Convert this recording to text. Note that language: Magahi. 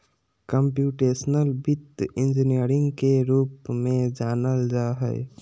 कम्प्यूटेशनल वित्त इंजीनियरिंग के रूप में जानल जा हइ